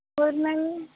ਹੋਰ ਮੈਮ